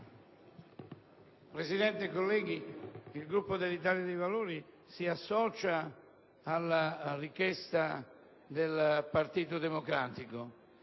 Presidente, colleghi, il Gruppo dell'Italia dei Valori si associa alla richiesta del Gruppo del Partito Democratico.